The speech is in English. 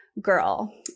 Girl